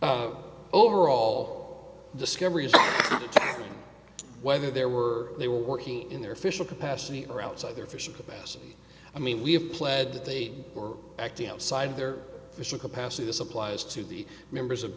overall discoveries about whether there were they were working in their official capacity or outside their fishing capacity i mean we have pled that they were acting outside their mission capacity this applies to the members of